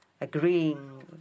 agreeing